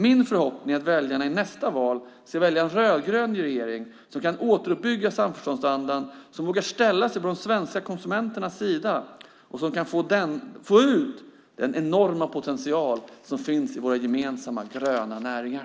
Min förhoppning är att väljarna i nästa val ska välja en rödgrön regering som kan återuppbygga samförståndsandan, som vågar ställa sig på de svenska konsumenternas sida och som kan få ut den enorma potential som finns i våra gemensamma gröna näringar.